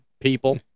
people